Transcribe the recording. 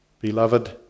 Beloved